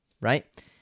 right